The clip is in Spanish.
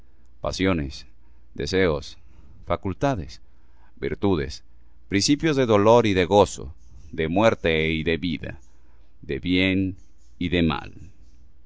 pasiones deseos facultades virtudes principios de dolor y de gozo de muerte y de vida de bien y de mal